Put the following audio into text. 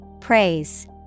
Praise